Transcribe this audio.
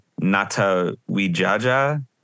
Natawijaja